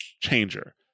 changer